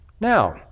Now